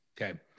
Okay